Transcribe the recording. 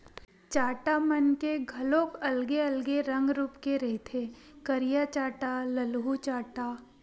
चाटा मन के घलोक अलगे अलगे रंग रुप के रहिथे करिया चाटा, ललहूँ चाटा